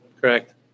Correct